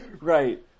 Right